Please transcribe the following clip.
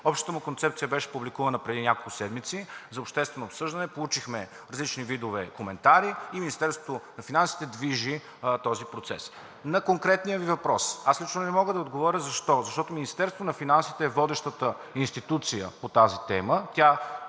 Общата му концепция беше публикувана преди няколко седмици за обществено обсъждане – получихме различни видове коментари и Министерството на финансите движи този процес. На конкретния Ви въпрос аз лично не мога да отговоря. Защо? Защото Министерството на финансите е водещата институция по тази тема